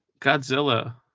Godzilla